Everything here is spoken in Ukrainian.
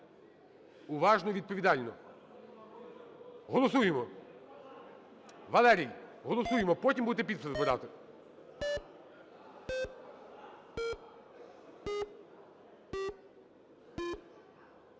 Уважно і відповідально. Голосуємо. Валерій, голосуємо, потім будете підписи